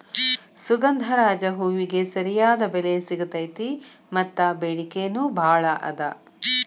ಸುಗಂಧರಾಜ ಹೂವಿಗೆ ಸರಿಯಾದ ಬೆಲೆ ಸಿಗತೈತಿ ಮತ್ತ ಬೆಡಿಕೆ ನೂ ಬಾಳ ಅದ